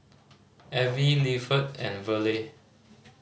Avie and Verle